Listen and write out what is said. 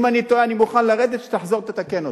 אם אני טועה, אני מוכן לרדת ושתחזור ותתקן אותי.